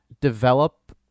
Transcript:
develop